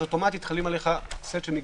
אז אוטומטית חל עליך סט של מגבלות.